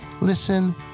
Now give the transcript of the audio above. listen